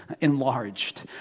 enlarged